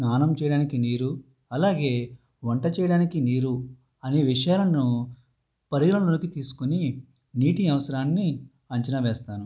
స్నానం చేయడానికి నీరు అలాగే వంట చేయడానికి నీరు అనే విషయాలను పరిగణలోకి తీసుకొని నీటి అవసరాన్ని అంచనా వేస్తాను